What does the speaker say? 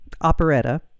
operetta